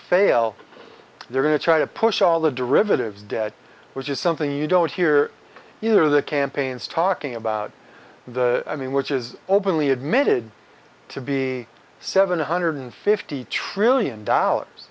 fail they're going to try to push all the derivatives debt which is something you don't hear either the campaigns talking about the i mean which is openly admitted to be seven hundred fifty trillion dollars